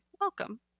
Welcome